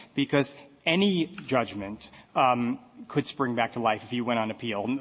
because any judgment um could spring back to life if you win on appeal.